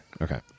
okay